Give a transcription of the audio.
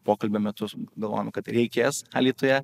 pokalbio metu galvojome kad reikės alytuje